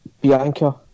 Bianca